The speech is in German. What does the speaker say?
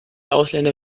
ausländer